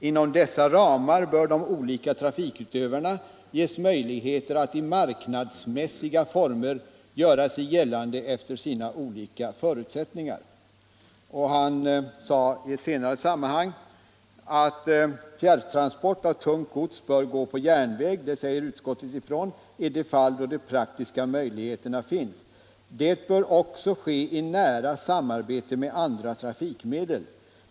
Inom dessa ramar bör de olika trafikutövarna ges möjligheter att i marknadsmässiga former göra sig gällande efter sina olika förutsättningar.” Vidare anförde han: ”Fjärrtransport av tungt gods bör gå på järnväg — det säger utskottet ifrån — i de fall då de praktiska möjligheterna finns. Det bör också ske i nära samarbete med andra trafikmedel.